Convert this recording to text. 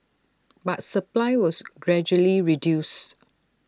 but supply was gradually reduced